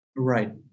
right